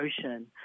ocean